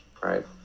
right